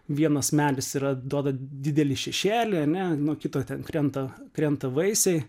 vienas medis yra duoda didelį šešėlį ne nuo kito ten krenta krenta vaisiai